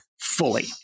fully